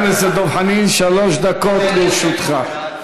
הכנסת דב חנין, שלוש דקות לרשותך.